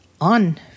on